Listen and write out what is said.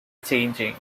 changing